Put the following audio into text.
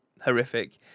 horrific